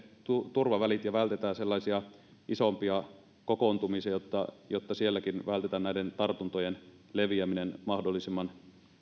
turvavälit ja vältetään sellaisia isompia kokoontumisia jotta sielläkin vältetään näiden tartuntojen leviäminen mahdollisimman